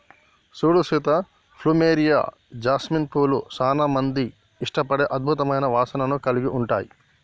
సూడు Sita plumeria, jasmine పూలు సానా మంది ఇష్టపడే అద్భుతమైన వాసనను కలిగి ఉంటాయి